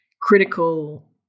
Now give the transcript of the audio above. critical